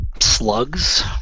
slugs